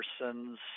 person's